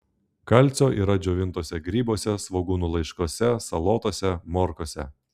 kalcio yra džiovintuose grybuose svogūnų laiškuose salotose morkose